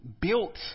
built